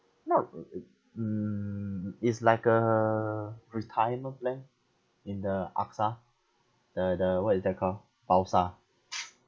no it it mm it's like uh retirement plan in the AXA the the what is that called